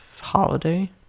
holiday